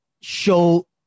show